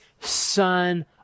Son